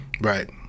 Right